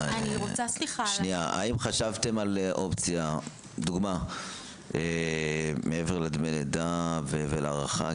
האם חשבתם על אופציה מעבר לדמי לידה והארכה?